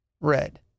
Red